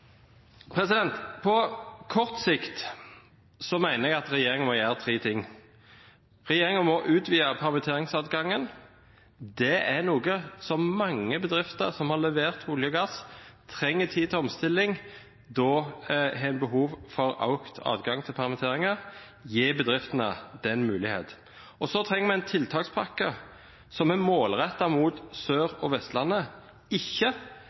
På kort sikt mener jeg at regjeringen må gjøre tre ting: Regjeringen må utvide permitteringsadgangen. Mange bedrifter som har levert olje og gass, trenger tid til omstilling, og da har en behov for økt adgang til permitteringer. Gi bedriftene den muligheten. Så trenger vi en tiltakspakke som er målrettet mot Sør- og Vestlandet – og ikke